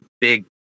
big